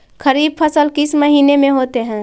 खरिफ फसल किस महीने में होते हैं?